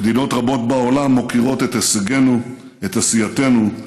מדינות רבות בעולם מוקירות את הישגנו, את עשייתנו,